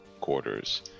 quarters